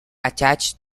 attached